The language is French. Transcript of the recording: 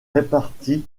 réparties